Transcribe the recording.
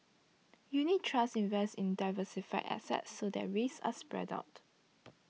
unit trusts invest in diversified assets so that risks are spread out